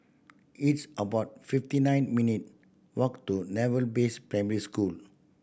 it's about fifty nine minute walk to Naval Base Primary School